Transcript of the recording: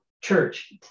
church